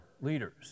leaders